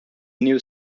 new